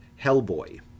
Hellboy